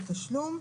מועד התשלום,